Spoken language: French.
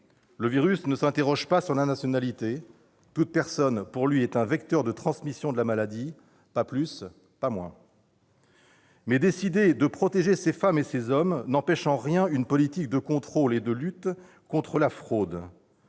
Le virus ne s'interroge pas sur la nationalité : toute personne pour lui est un vecteur de transmission de la maladie, ni plus ni moins. Décider de protéger ces femmes et ces hommes n'empêche en rien une politique de contrôle et de lutte contre la fraude.